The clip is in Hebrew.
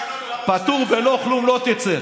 פטור בלא כלום לא תצא.